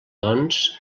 doncs